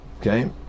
Okay